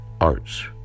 arts